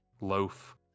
Loaf